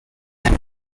and